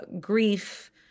grief